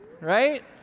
right